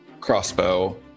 crossbow